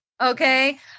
Okay